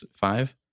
five